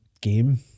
game